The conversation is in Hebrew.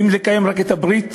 האם לקיים רק את הברית,